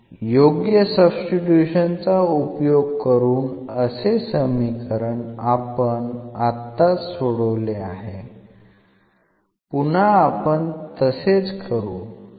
योग्य सब्स्टिट्यूशन चा उपयोग करून असे समीकरण आपण आताच सोडवले आहे पुन्हा आपण तसेच करू ठीक आहे